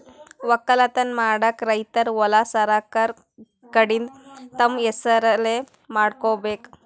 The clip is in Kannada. ವಕ್ಕಲತನ್ ಮಾಡಕ್ಕ್ ರೈತರ್ ಹೊಲಾ ಸರಕಾರ್ ಕಡೀನ್ದ್ ತಮ್ಮ್ ಹೆಸರಲೇ ಮಾಡ್ಕೋಬೇಕ್